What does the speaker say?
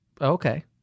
Okay